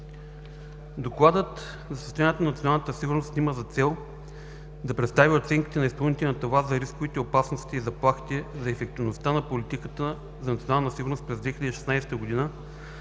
Докладът за състоянието на националната сигурност има за цел да представи оценките на изпълнителната власт за рисковете, опасностите и заплахите, за ефективността на политиката за национална сигурност през 2016 г.,